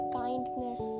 kindness